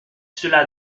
cela